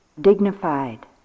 dignified